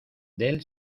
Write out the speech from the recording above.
del